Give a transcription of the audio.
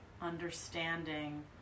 understanding